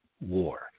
war